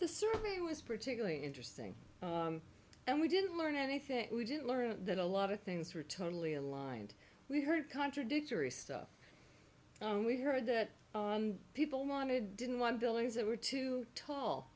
the survey was particularly interesting and we didn't learn anything we didn't learn that a lot of things were totally aligned we heard contradictory stuff and we heard that people wanted didn't want buildings that were too tall